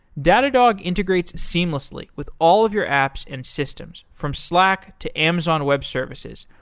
datadog integrates seamlessly with all of your apps and systems from slack, to amazon web services,